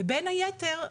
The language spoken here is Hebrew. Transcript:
ובין היתר,